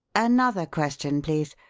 another question, please.